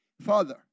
Father